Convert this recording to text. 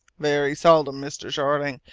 very seldom, mr. jeorling.